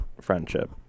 friendship